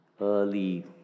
early